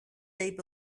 είπε